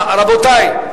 רבותי,